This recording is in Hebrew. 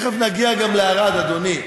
תכף נגיע גם לערד, אדוני.